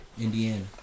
Indiana